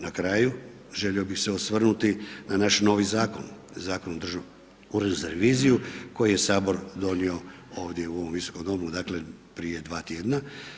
Na kraju želio bih se osvrnuti na naš novi zakon, Zakon o Državnom uredu za reviziju koji je sabor donio ovdje u ovom visokom domu, dakle prije dva tjedna.